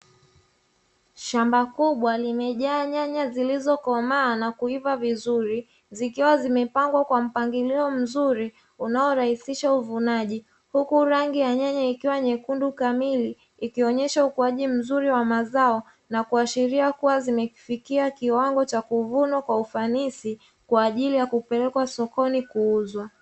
Shamba kubwa limejaa nyanya zilizokomaa na kuiva vizuri, zikiwa zimepangwa kwa mpangilio mzuri unaorahisisha uvunaji. Huku rangi ya nyanya ikiwa nyekundu kamili, ikionyesha ukuaji mzuri wa mazao na kuashiria kuwa zimefikia kiwango cha kuvunwa kwa ufanisi kwa ajili ya kupelekwa sokoni kuuzwa.